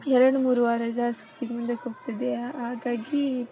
ಎರಡು ಮೂರು ವಾರ ಜಾಸ್ತಿ ಮುಂದಕ್ಕೆ ಹೋಗ್ತದೆ ಹಾಗಾಗಿ